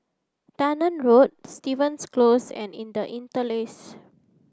Dunearn Road Stevens Close and inter Interlace